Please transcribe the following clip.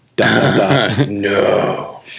No